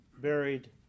buried